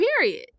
period